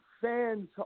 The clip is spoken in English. fans